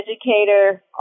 educator